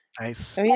Nice